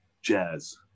jazz